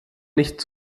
nicht